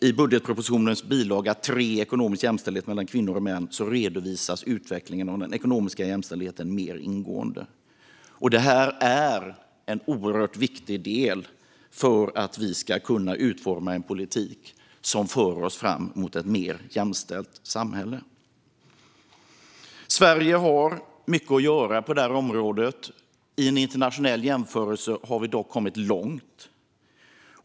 I budgetpropositionens bilaga 3 om ekonomisk jämställdhet mellan kvinnor och män redovisas utvecklingen av den ekonomiska jämställdheten mer ingående. Det här är en oerhört viktig del för att vi ska kunna utforma en politik som för oss fram mot ett mer jämställt samhälle. Sverige har mycket att göra på det här området. I en internationell jämförelse har vi dock kommit långt.